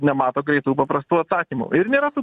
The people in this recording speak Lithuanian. nemato greitų paprastų atsakymų ir nėra tų